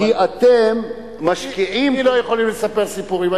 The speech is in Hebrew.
אבל לי לא יכולים לספר סיפורים.